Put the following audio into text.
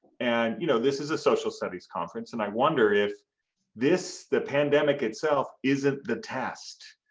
and you know this is a social studies conference and i wonder if this, the pandemic itself isn't the test.